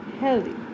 healthy